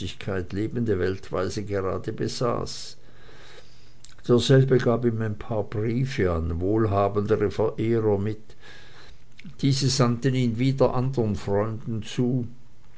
lebende weltweise gerade besaß derselbe gab ihm ein paar briefe an wohlhabendere verehrer mit diese sandten ihn wieder an dern freunden zu